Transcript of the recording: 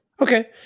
Okay